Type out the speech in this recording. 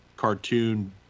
cartoon